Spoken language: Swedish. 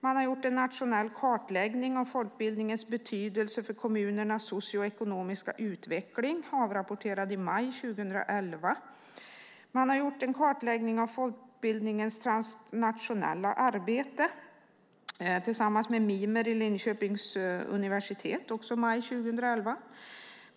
Man har gjort en nationell kartläggning av folkbildningens betydelse för kommunernas socioekonomiska utveckling, avrapporterad i maj 2011. Man har gjort en kartläggning av fortbildningens transnationella arbete tillsammans med Mimer vid Linköpings universitet, också i maj 2011.